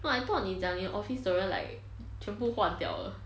!wah! I thought 你讲你的 office 的人 like 全部换掉